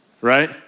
right